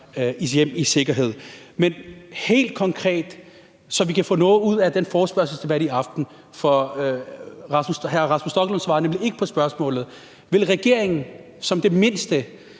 vil jeg spørge om en ting, for at vi kan få noget ud af den forespørgselsdebat i aften – for hr. Rasmus Stoklund svarede nemlig ikke på spørgsmålet: Vil regeringen i det mindste